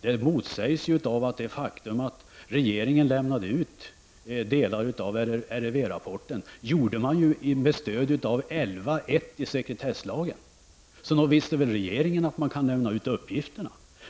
Det motsägs av det faktum att regeringen lämnade ut delar av RRV-rapporten. Det gjorde man med stöd av 11.1 §i sekretesslagen. Nog visste regeringen att man kan lämna ut uppgifterna.